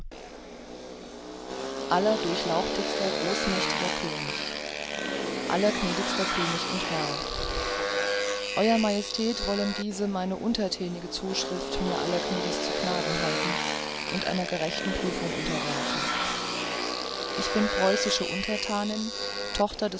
allerdurchlauchtigster großmächtigster könig allergnädigster könig und herr ew majestät wollen diese meine unterthänige zuschrift mir allergnädigst zu gute halten und einer gerechten prüfung unterwerfen ich bin preußische unterthanin tochter